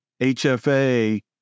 HFA